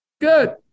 good